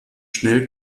schnell